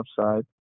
upside